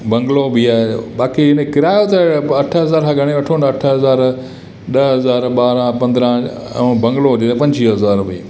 bungalow बि आहे बाक़ी हिन किरायो त अठ हज़ार खां ॻणे वठो अठ हज़ार ॾह हज़ार ॿारहं पंद्रहं ऐं बंगलो हुजे त पंजवीह हज़ार बी